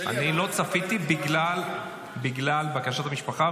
אני לא צפיתי בגלל בקשת המשפחה,